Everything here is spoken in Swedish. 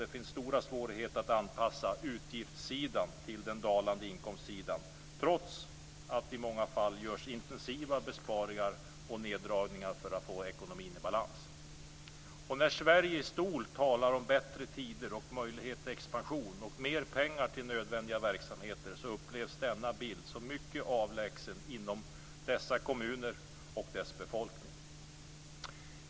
Det finns stora svårigheter att anpassa utgiftssidan till den dalande inkomstsidan, trots att det i många fall görs intensiva besparingar och neddragningar för att få ekonomin i balans. När Sverige i stort talar om bättre tider och möjligheter till expansion och mer pengar till nödvändiga verksamheter upplevs denna bild som mycket avlägsen inom dessa kommuner och deras befolkning.